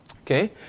Okay